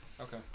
Okay